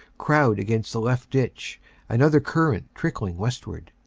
crowd against the left ditch another cu rrent trickling westward.